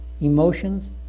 emotions